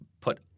put